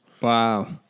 Wow